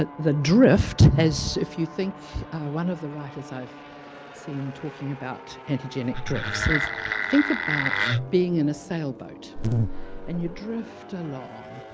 ah the drift as if you think one of the writers i've seen talking about antigenic drift says think about being in a sail boat and you drift along,